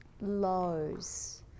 lows